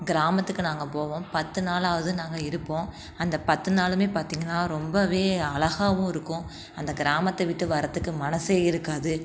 கிராமத்துக்கு நாங்கள் போவோம் பத்து நாளாவது நாங்கள் இருப்போம் அந்த பத்து நாளுமே பார்த்திங்கன்னா ரொம்ப அழகாகவும் இருக்கும் அந்த கிராமத்தை விட்டு வரதுக்கு மனதே இருக்காது